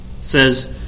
says